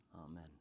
Amen